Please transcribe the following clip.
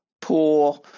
poor